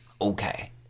Okay